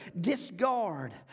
discard